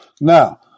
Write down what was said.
Now